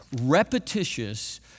repetitious